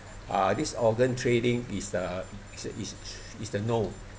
uh this organ trading is uh is is is the no